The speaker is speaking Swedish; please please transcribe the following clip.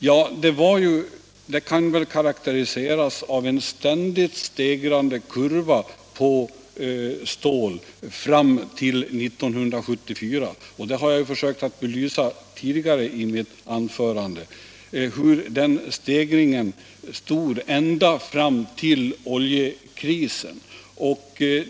Efterfrågan på stål kan väl karakteriseras med en ständigt stigande kurva fram till 1974. Jag har i mitt tidigare anförande försökt belysa att den stegringen bestod ända fram till oljekrisen.